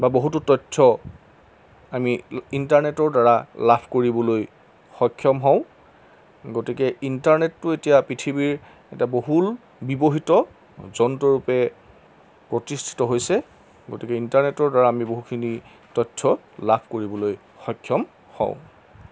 বা বহুতো তথ্য আমি ইণ্টাৰনেটৰ দ্বাৰা লাভ কৰিবলৈ সক্ষম হওঁ গতিকে ইণ্টাৰনেটটো এতিয়া পৃথিৱীৰ এটা বহুল ব্যৱহৃত যন্ত্ৰ ৰূপে প্ৰতিষ্ঠিত হৈছে গতিকে ইণ্টাৰনেটৰ দ্বাৰা আমি বহুখিনি তথ্য লাভ কৰিবলৈ সক্ষম হওঁ